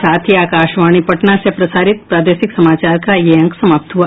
इसके साथ ही आकाशवाणी पटना से प्रसारित प्रादेशिक समाचार का ये अंक समाप्त हुआ